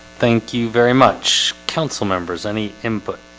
thank you very much council members any input